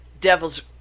Devil's